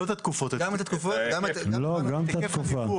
גם את התקופות.